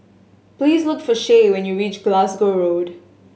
please look for Shae when you reach Glasgow Road